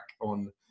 on